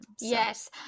Yes